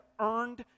earned